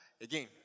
again